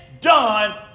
done